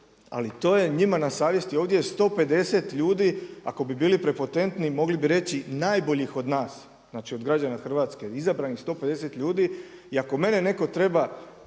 ali to je njima na savjesti, ovdje je 150 ljudi, ako bi bili prepotentni mogli bi reći najboljih od nas, znači od građana RH izabranih 150 ljudi i ako mene netko treba